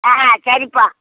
ஆ சரிப்பா